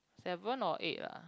seven or eight lah